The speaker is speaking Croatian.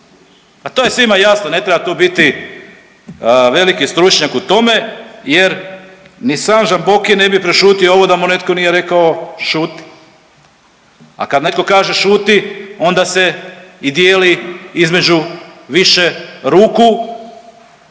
Pa to je svima jasno, ne treba tu biti veliki stručnjak u tome jer ni sam Žamboki ne bi prešutio ovo da mu netko nije rekao šuti. A kad netko kaže šuti, onda se i dijeli između više ruku,